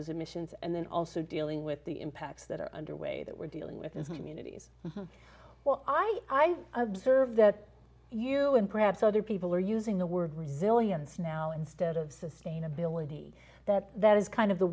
emissions and then also dealing with the impacts that are underway that we're dealing with and immunities well i observed that you and perhaps other people are using the word resilience now instead of sustainability that that is kind of the